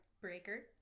Breaker